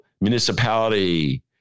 municipality